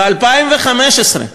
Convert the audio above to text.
ב-2015,